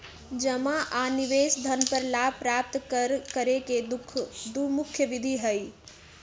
जमा आ निवेश धन पर लाभ प्राप्त करे के दु मुख्य विधि हइ